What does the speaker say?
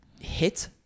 hit